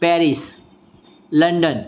Paris London